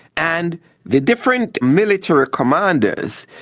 and the different military commanders,